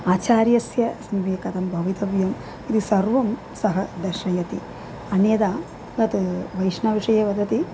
आचार्यस्य समीपे कथं भवितव्यम् इति सर्वं सः दर्शयति अन्यथा तत् वैष्णवविषये वदति